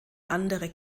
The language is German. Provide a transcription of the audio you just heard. andere